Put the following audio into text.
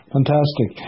Fantastic